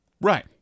Right